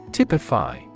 Typify